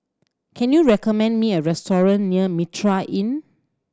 can you recommend me a restaurant near Mitraa Inn